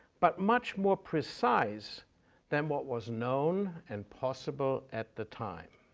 but much more precise than what was known and possible at the time.